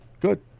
Good